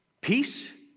peace